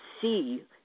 see